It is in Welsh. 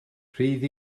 rhydd